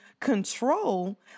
control